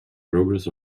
progress